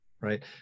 right